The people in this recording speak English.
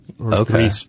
Okay